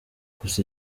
gusa